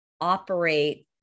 operate